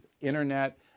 internet